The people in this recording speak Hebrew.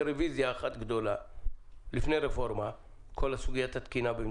כל הנטל הנוסף,